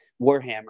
Warhammer